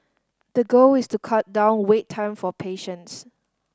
the goal is to cut down wait time for patients